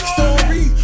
Story